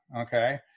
Okay